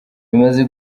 bimaze